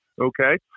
Okay